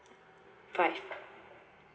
five